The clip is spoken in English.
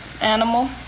animal